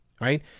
right